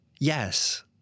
yes